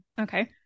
Okay